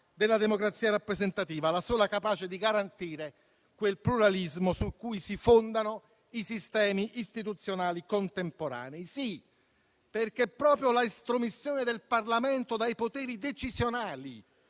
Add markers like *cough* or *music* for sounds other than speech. della democrazia rappresentativa, la sola capace di garantire quel pluralismo su cui si fondano i sistemi istituzionali contemporanei. *applause* Sì, perché è proprio l'estromissione del Parlamento dai poteri decisionali